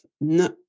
No